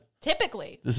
Typically